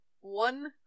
one